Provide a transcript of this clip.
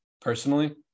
personally